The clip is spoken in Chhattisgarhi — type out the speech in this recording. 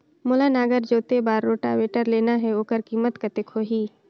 मोला नागर जोते बार रोटावेटर लेना हे ओकर कीमत कतेक होही?